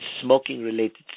smoking-related